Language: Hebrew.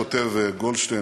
כותב גולדשטיין,